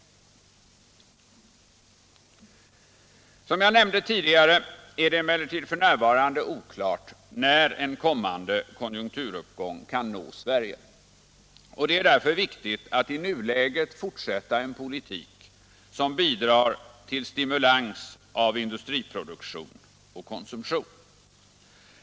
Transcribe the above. Som jag nämnde tidigare är det emellertid f. n. oklart när den kommande konjunkturuppgången kan nå Sverige, och det är därför viktigt att i nuläget fortsätta en politik som bidrar till stimulans av industriproduktion och konsumtion.